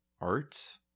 art